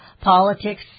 Politics